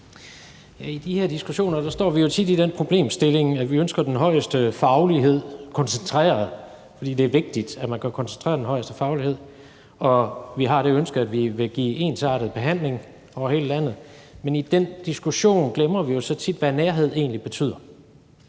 I de her diskussioner står vi jo tit i den problemstilling, at vi ønsker den højeste faglighed koncentreret, fordi det er vigtigt, at man kan koncentrere den højeste faglighed, og vi har det ønske, at vi vil give en ensartet behandling over hele landet, men i den diskussion glemmer vi jo så tit, hvad nærhed egentlig betyder,